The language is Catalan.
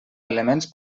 elements